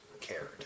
cared